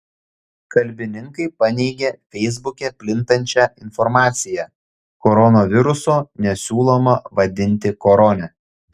kalbininkai paneigė feisbuke plintančią informaciją koronaviruso nesiūloma vadinti korone